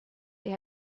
they